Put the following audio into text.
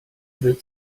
wird